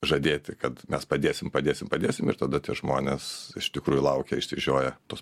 žadėti kad mes padėsim padėsim padėsim ir tada tie žmonės iš tikrųjų laukia išsižioję tos